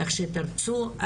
איך שתרצו,